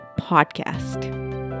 podcast